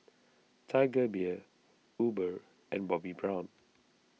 Tiger Beer Uber and Bobbi Brown